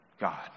God